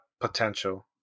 potential